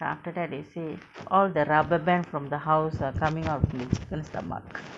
after that they say all the rubber band from the house are coming out from the chicken's stomach